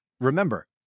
Remember